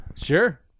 Sure